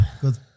Good